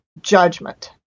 judgment